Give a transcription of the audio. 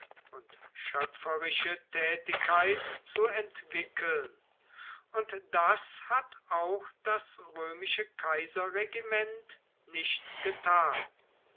und schöpferische tätigkeit zu entwickeln und das hat auch das römische kaiserregiment nicht getan